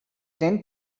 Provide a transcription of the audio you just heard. tend